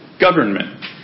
government